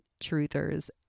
truthers